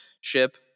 ship